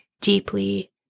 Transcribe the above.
deeply